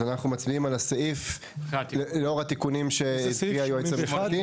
אז אנחנו מצביעים על סעיף 81 לאור התיקונים שהצביע עליהם היועץ המשפטי.